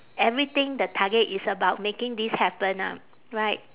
everything the target is about making this happen ah right